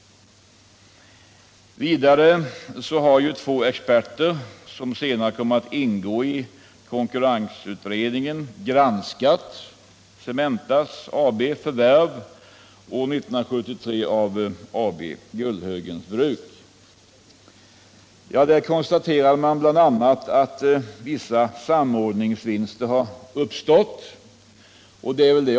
Vidare har två experter, vilkas studie senare kom att ingå i konkurrensutredningens material, granskat Cementa AB:s förvärv år 1973 av AB Gullhögens Bruk. Dessa experter konstaterade bl.a. att vissa samordningsvinster har uppstått.